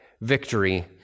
victory